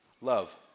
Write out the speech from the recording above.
Love